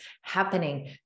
happening